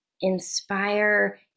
inspire